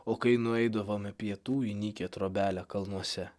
o kai nueidavom pietų į nykią trobelę kalnuose